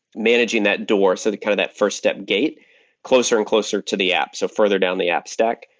managing that door, so that kind of that first step gate closer and closer to the app, so further down the app stack.